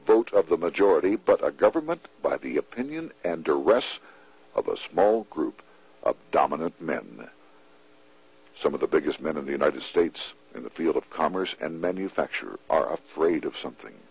vote of the majority but a government by the opinion and arrests of a small group of dominant men some of the biggest men of the united states in the field of commerce and manufacture are afraid of something